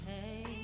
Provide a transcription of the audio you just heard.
Hey